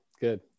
good